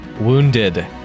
wounded